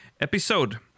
episode